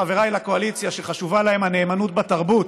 חבריי לקואליציה שחשובה להם הנאמנות בתרבות: